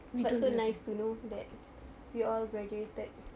but so nice to know that we all graduated